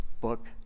book